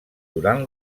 durant